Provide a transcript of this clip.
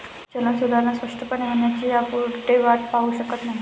चलन सुधारणा स्पष्टपणे होण्याची ह्यापुढे वाट पाहु शकत नाही